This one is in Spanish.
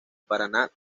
paraná